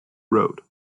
road